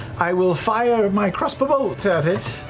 i will fire my crossbow bolt at it.